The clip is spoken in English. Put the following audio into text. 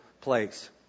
place